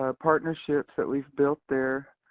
ah partnerships that we've built there